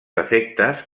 afectes